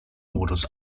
modus